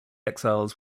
exiles